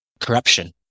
corruption